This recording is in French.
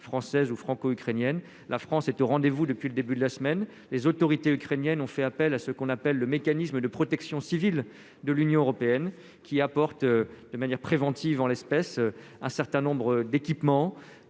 française ou franco-ukrainienne, la France est au rendez-vous depuis le début de la semaine, les autorités ukrainiennes ont fait appel à ce qu'on appelle le mécanisme de protection civile de l'Union européenne qui apporte de manière préventive en l'espèce un certain nombre d'équipements